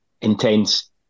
intense